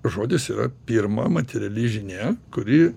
žodis yra pirma materiali žinia kuri